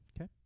Okay